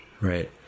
Right